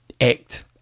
act